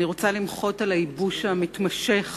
אני רוצה למחות על הייבוש המתמשך